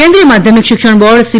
કેન્દ્રીય માધ્યમિક શિક્ષણ બોર્ડ સી